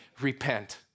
repent